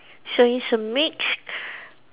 so it's a mixed